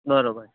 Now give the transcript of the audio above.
બરાબર